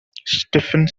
stephen